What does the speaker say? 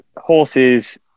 horses